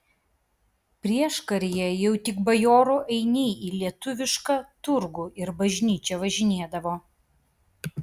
prieškaryje jau tik bajorų ainiai į lietuvišką turgų ir bažnyčią važinėdavo